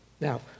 Now